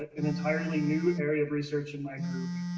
ah an entirely new area of research in my group.